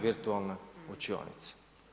Virtualne učionice.